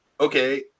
okay